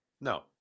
No